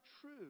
true